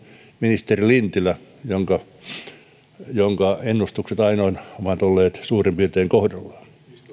ministeri lintilä jonka jonka ennustukset aina ovat olleet suurin piirtein kohdallaan